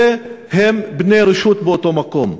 והם בני רשות באותו מקום.